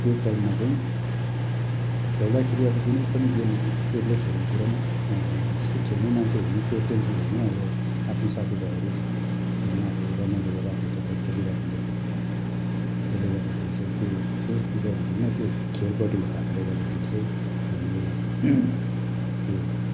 त्यो टाइममा चाहिँ खेल्दाखेरि अब जुनै पनि गेम एक्लै खेल्ने कुरो पनि आउँदैन जस्तै खेल्ने मान्छेहरूमा त्यो टेन्सन छ नि अब आफ्नो साथीभाइहरूसँग अब रमाइलो गरिरहेको हुन्छ अब त्यहाँ खेलिरहेको हुन्छ त्यसले गर्दाखेरि चाहिँ त्यो सोच विचारहरू नै त्यो खेलपट्टि भएकोले गर्दाखेरि चाहिँ हामीले त्यो